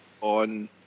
on